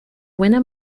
buena